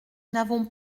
n’avons